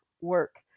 work